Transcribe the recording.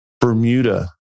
Bermuda